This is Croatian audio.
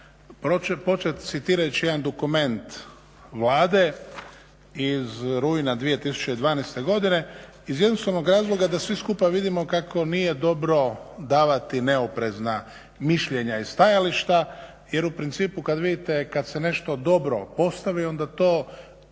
početi citirajući jedan dokument Vlade iz rujna 2012. godine iz jednostavnog razloga da svi skupa vidimo kako nije dobro davati neoprezna mišljenja i stajališta jer u principu kad vidite kad se nešto dobro postavi onda to daje